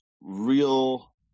real